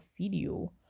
video